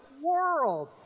world